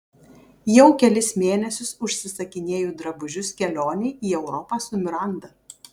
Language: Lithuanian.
jau kelis mėnesius užsisakinėju drabužius kelionei į europą su miranda